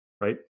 right